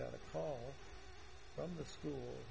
got a call from the school